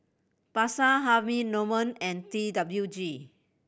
Pasar Harvey Norman and T W G